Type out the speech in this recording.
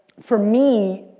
for me,